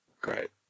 Great